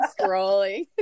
scrolling